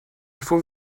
faut